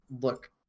look